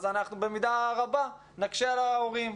אז אנחנו במידה רבה נקשה על ההורים.